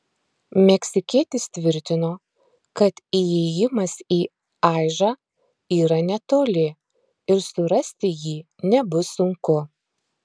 meksikietis tvirtino kad įėjimas į aižą yra netoli ir surasti jį nebus sunku